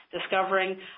discovering